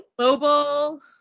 Mobile